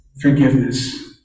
Forgiveness